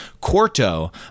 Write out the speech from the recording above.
quarto